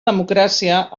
democràcia